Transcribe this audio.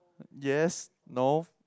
yes no